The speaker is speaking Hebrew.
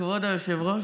כבוד היושב-ראש,